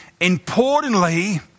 importantly